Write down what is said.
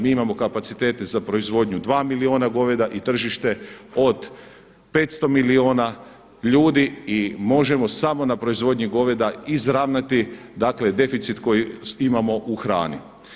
Mi imamo kapacitete za proizvodnju dva milijuna goveda i tržište od 500 milijuna ljudi i možemo samo na proizvodnji goveda izravnati deficit koji imamo u hrani.